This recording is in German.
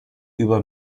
über